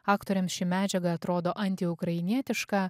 aktoriams ši medžiaga atrodo antiukrainietiška